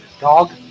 Dog